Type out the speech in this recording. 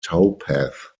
towpath